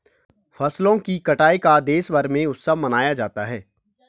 फसलों की कटाई का देशभर में उत्सव मनाया जाता है